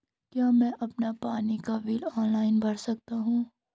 क्या मैं अपना पानी का बिल ऑनलाइन भर सकता हूँ?